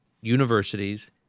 universities